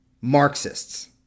Marxists